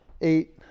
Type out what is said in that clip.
eight